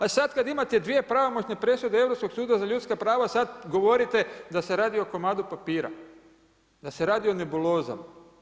A sad kad imate dvije pravomoćne presude Europskog suda za ljudska prava sad govorite da se radi o komadu papira, da se radi o nebulozama.